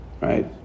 right